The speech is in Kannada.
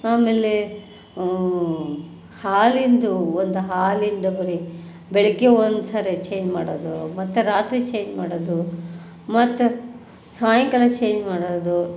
ಆಮೇಲೆ ಹಾಲಿಂದು ಒಂದು ಹಾಲಿಂದು ಡಬ್ರಿ ಬೆಳಗ್ಗೆ ಒಂದ್ಸರಿ ಚೇಂಜ್ ಮಾಡೋದು ಮತ್ತೆ ರಾತ್ರಿ ಚೇಂಜ್ ಮಾಡೋದು ಮತ್ತು ಸಾಯಂಕಾಲ ಚೇಂಜ್ ಮಾಡೋದು